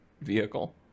vehicle